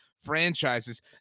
franchises